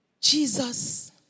Jesus